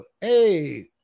Hey